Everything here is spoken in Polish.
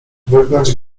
wygnać